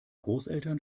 großeltern